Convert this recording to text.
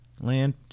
land